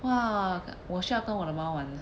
!wah! 我需要跟我的猫玩